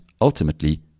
ultimately